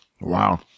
Wow